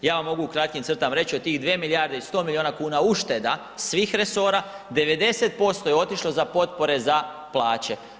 Ja vam mogu u kratkim crtama reć, od tih 2 milijarde i 100 milijuna kuna ušteda svih resora, 90% je otišlo za potpore za plaće.